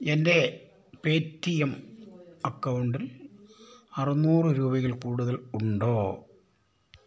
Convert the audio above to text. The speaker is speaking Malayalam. എന്റെ പേറ്റീഎം അക്കൗണ്ടിൽ അറുന്നൂറ് രൂപയിൽ കൂടുതൽ ഉണ്ടോ